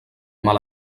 mal